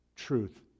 truth